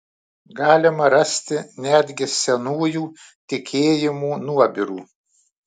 galima rasti netgi senųjų tikėjimų nuobirų